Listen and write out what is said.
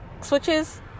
switches